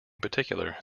particular